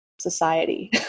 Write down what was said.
society